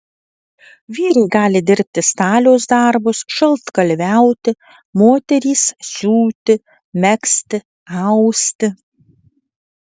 vyrai gali dirbti staliaus darbus šaltkalviauti moterys siūti megzti austi